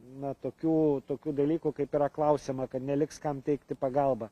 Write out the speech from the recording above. na tokių tokių dalykų kaip yra klausiama kad neliks kam teikti pagalbą